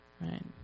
Right